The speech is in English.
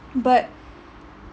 but